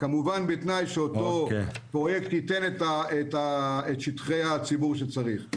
כמובן בתנאי שאותו פרויקט ייתן את שטחי הציבור שצריך.